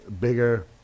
bigger